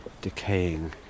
decaying